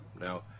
now